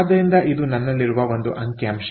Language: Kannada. ಆದ್ದರಿಂದ ಇದು ನನ್ನಲ್ಲಿರುವ ಒಂದು ಅಂಕಿಅಂಶ